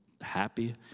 happy